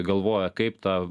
galvoja kaip tą